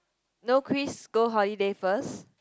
no quiz go holiday first